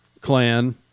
clan